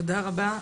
תודה רבה.